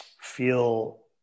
feel